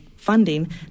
funding